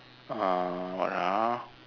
uh what ah